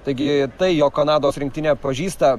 taigi tai jog kanados rinktinė pažįsta